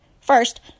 First